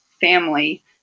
family